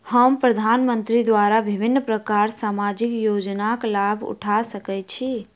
हम प्रधानमंत्री द्वारा विभिन्न प्रकारक सामाजिक योजनाक लाभ उठा सकै छी?